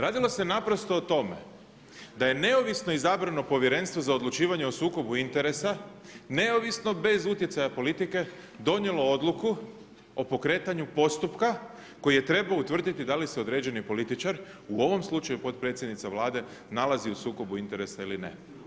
Radilo se naprosto o tome da je neovisno izabrano Povjerenstvo za odlučivanje o sukobu interesa, neovisno bez utjecaja politike donijelo odluku o pokretanju postupka koji je trebao utvrditi da li se određeni političar, u ovom slučaju potpredsjednica Vlade, nalazi u sukobu interesa ili ne.